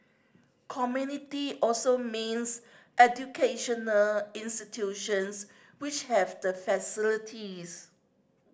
community also means educational institutions which have the facilities